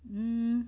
mm